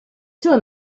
zuen